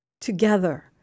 together